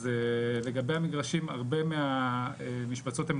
אז לגבי המגרשים הרבה מהמשבצות הן